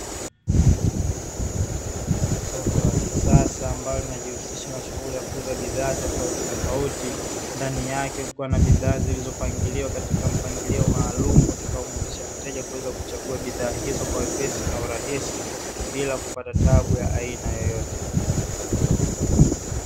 Soko la kisasa ambalo linajihusisha na shughuli ya kuuza bidhaa tofautitofauti, ndani yake kukiwa na bidhaa zilizopangiliwa katika mpangilio maalumu, utakaomuwezesha mteja kuchagua bidhaa hizo kwa wepesi na urahisi bila kupata taabu ya aina yoyote.